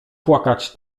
płakać